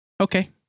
Okay